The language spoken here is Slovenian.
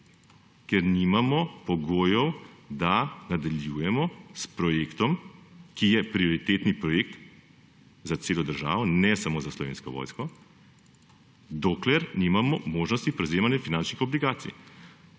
ker nimamo pogojev, da nadaljujemo s projektom, ki je prioritetni projekt za celo državo, ne samo za Slovensko vojsko, dokler nimamo možnosti prevzemanja finančnih obligacij.